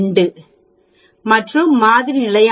2 மற்றும் மாதிரி நிலையான பிழை 1